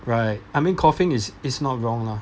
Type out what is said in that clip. right I mean coughing is is not wrong lah